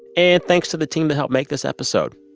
and thanks to the team that helped make this episode.